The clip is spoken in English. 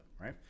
right